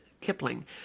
Kipling